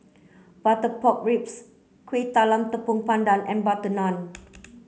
butter pork ribs Kuih Talam Tepong Pandan and butter naan